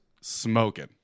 smoking